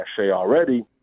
already